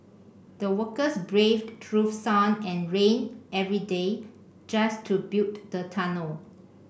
the workers braved through sun and rain every day just to build the tunnel